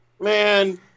Man